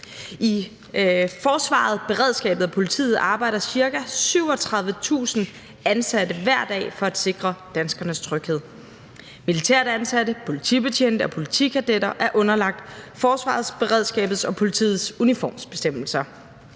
I forsvaret, beredskabet og politiet arbejder cirka 37.000 ansatte hver dag for at sikre danskernes tryghed. Militært ansatte, politibetjente og politikadetter er underlagt forsvarets, beredskabets og politiets uniformsbestemmelser.